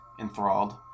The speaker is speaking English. enthralled